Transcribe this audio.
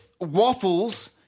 waffles